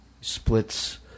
splits